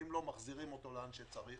אם לא, מחזירים אותו לאן שצריך.